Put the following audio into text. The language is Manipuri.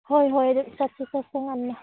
ꯍꯣꯏ ꯍꯣꯏ ꯑꯗꯨ ꯆꯠꯁꯤ ꯆꯠꯁꯤ ꯉꯟꯅ